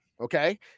Okay